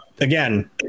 Again